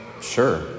sure